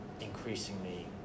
increasingly